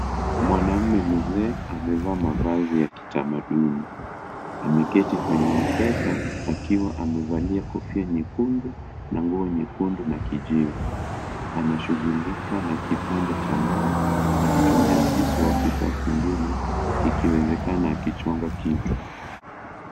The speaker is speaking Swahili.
Mwanaume mzee amevaa mavazi ya kitamaduni, ameketi kwenye mkeka akiwa amevalia kofia nyekundu na nguo nyekundu na kijivu. Anashughulika na kipande cha mbao, akitumia kisu au kifaa kingine ikiwezekana akichonga kitu.